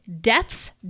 death's